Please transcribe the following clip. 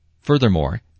Furthermore